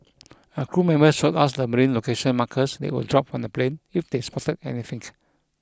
a crew member showed us the marine location markers they would drop from the plane if they spotted anything